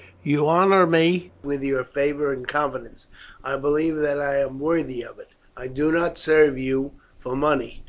you honour me with your favour and confidence i believe that i am worthy of it. i do not serve you for money.